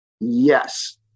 Yes